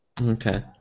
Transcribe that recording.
Okay